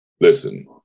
Listen